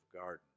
garden